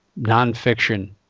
nonfiction